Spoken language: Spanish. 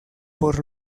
por